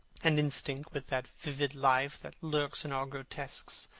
and instinct with that vivid life that lurks in all grotesques,